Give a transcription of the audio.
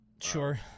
Sure